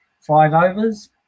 five-overs